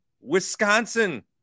Wisconsin